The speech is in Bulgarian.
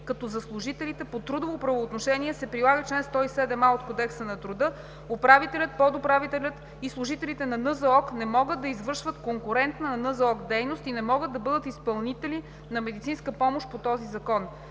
като за служителите по трудово правоотношение се прилага чл. 107а от Кодекса на труда. Управителят, подуправителят и служителите на НЗОК не могат да извършват конкурентна на НЗОК дейност и не могат да бъдат изпълнители на медицинска помощ по този закон“.